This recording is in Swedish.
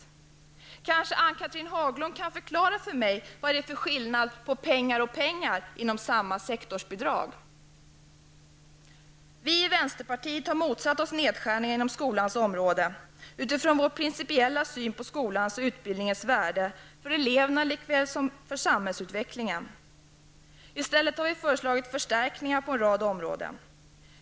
Kanske Ann-Catherine Haglund kan förklara för mig vad det är för skillnad på pengar och pengar inom samma sektorsbidrag? Vi i vänsterpartiet har motsatt oss nedskärningar inom skolans område utifrån vår principiella syn på skolans och utbildningens värde, för eleverna lika väl som för samhällsutvecklingen. I stället har vi föreslagit förstärkningar på en rad områden.